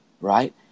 right